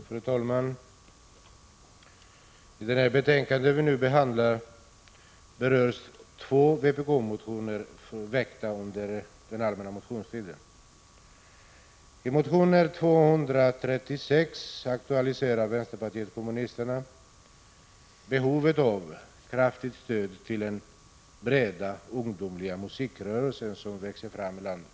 Fru talman! I betänkandet berörs två vpk-motioner som väckts under den allmänna motionstiden. I motion 236 aktualiserar vänsterpartiet kommunisterna behovet av ett kraftigt stöd till den breda ungdomliga musikrörelse som växer fram i landet.